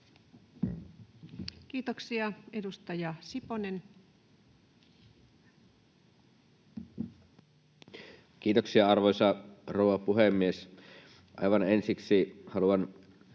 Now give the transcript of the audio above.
Kiitoksia. — Edustaja Siponen. Kiitoksia, arvoisa rouva puhemies! Aivan ensiksi haluan